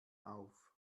auf